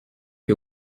que